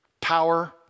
power